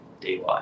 dy